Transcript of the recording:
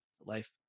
life